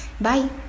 bye